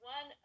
One